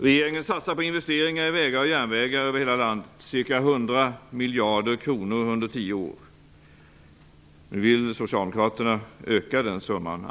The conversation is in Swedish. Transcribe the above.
Regeringen satsar på investeringar i järnvägar och vägar över hela landet, ca 100 miljarder kronor under tio år. Nu vill Socialdemokraterna öka sådana satsningar.